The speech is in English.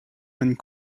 and